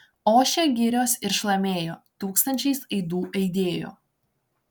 ošė girios ir šlamėjo tūkstančiais aidų aidėjo